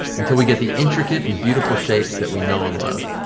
until we get the intricate and beautiful shapes that we know and love.